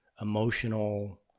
emotional